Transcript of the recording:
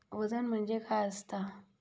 वजन म्हणजे काय असता?